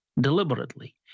deliberately